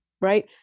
right